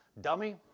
dummy